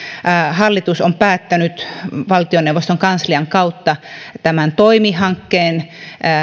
hallitus on päättänyt valtioneuvoston kanslian kautta tästä toimi hankkeesta